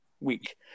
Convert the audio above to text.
week